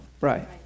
right